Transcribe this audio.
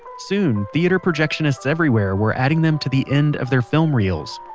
soon theater projectionists everywhere were adding them to the end of their film reels.